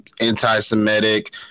anti-Semitic